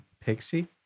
Pixie